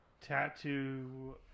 tattoo